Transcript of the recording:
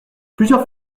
plusieurs